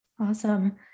Awesome